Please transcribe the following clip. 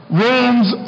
rooms